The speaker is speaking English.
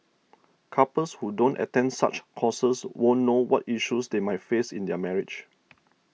couples who don't attend such courses won't know what issues they might face in their marriage